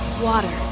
Water